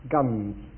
Guns